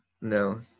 no